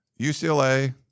UCLA